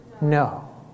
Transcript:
No